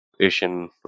asian